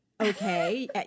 okay